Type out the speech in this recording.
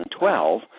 2012